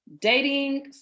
dating